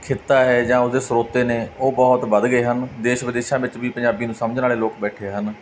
ਖਿੱਤਾ ਹੈ ਜਾਂ ਉਹਦੇ ਸਰੋਤੇ ਨੇ ਉਹ ਬਹੁਤ ਵੱਧ ਗਏ ਹਨ ਦੇਸ਼ ਵਿਦੇਸ਼ਾਂ ਵਿੱਚ ਵੀ ਪੰਜਾਬੀ ਨੂੰ ਸਮਝਣ ਵਾਲੇ ਲੋਕ ਬੈਠੇ ਹਨ